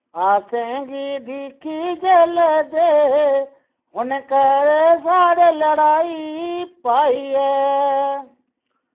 असेंगी दिक्खी जल्दे उ'नै घरें साढ़े लड़ाई पाई ऐ